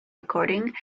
recording